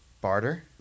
Barter